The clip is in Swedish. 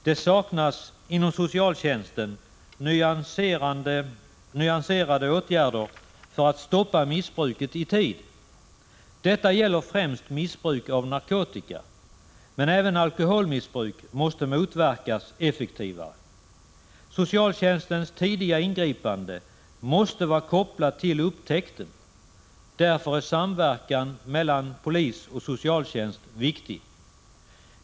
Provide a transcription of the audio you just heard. Det saknas inom socialtjänsten nyanserade åtgärder för att stoppa missbruket i tid. Detta gäller främst missbruk av narkotika. Men även alkoholmissbruk måste motverkas effektivare. Socialtjänstens tidiga ingripande måste vara kopplat till upptäckten. Därför är samverkan mellan polis och socialtjänst viktig.